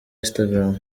instagram